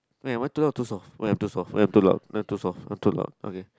am I too loud too soft wait I am too soft wait I am too loud I am too soft I am too loud okay